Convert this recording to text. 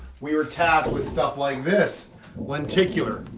we were tasked with stuff like this lenticular,